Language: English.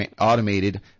automated